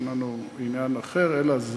אין לנו עניין אחר, אלא זה.